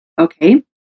Okay